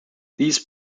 these